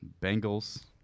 Bengals